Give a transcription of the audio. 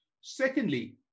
Secondly